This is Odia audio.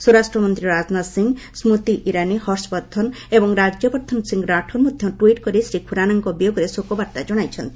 ସ୍ୱରାଷ୍ଟମନ୍ତ୍ରୀ ରାଜନାଥ ସିଂହ ସ୍କୃତି ଇରାନୀ ହର୍ଷବର୍ଦ୍ଧନ ଏବଂ ରାଜ୍ୟବର୍ଦ୍ଧନ ସିଂ ରାଠୋର୍ ମଧ୍ୟ ଟ୍ୱିଟ୍ କରି ଶ୍ରୀ ଖୁରାନାଙ୍କ ବିୟୋଗରେ ଶୋକବାର୍ତ୍ତା ଜଣାଇଛନ୍ତି